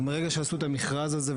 אבל מרגע שעשו את המכרז הזה,